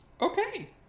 Okay